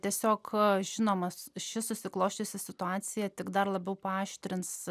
tiesiog žinomas ši susiklosčiusi situacija tik dar labiau paaštrins